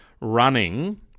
running